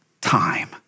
time